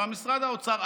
ומשרד האוצר,